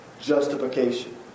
justification